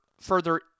further